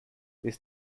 this